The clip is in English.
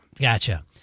Gotcha